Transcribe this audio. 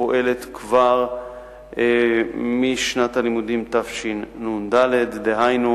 שפועלת כבר משנת הלימודים תשנ"ד, דהיינו